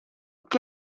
che